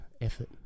effort